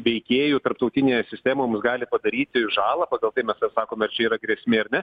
veikėjų tarptautinėje sistemoms gali padaryti žalą pagal tai mes ir sakome ar čia yra grėsmė ar ne